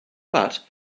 but